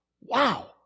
Wow